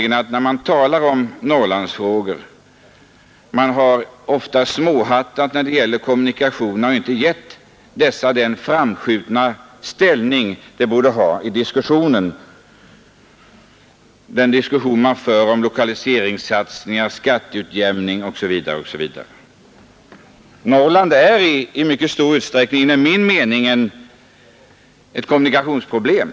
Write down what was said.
När man talat om norrlandsfrågor tycker jag att man ofta har ”småhattat” med kommunikationerna och inte givit dem den framskjutna ställning de borde ha i den diskussion som förts om lokaliseringssatsningar, skatteutjämning osv. Norrland är enligt min mening i mycket stor utsträckning ett kommunikationsproblem.